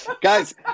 guys